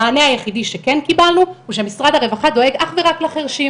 המענה היחידי שכן קיבלנו הוא שמשרד הרווחה דואג אך ורק לחרשים.